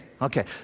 Okay